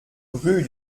rue